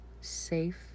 safe